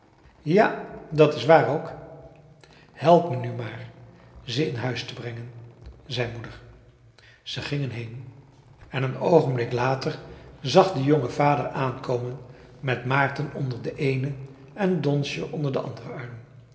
ja dat is waar ook help me nu maar ze in huis te brengen zei moeder ze gingen heen en een oogenblik later zag de jongen vader aankomen met maarten onder den eenen en donsje onder den anderen arm